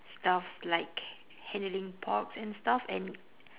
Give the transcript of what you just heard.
stuffs like handling porks and stuff and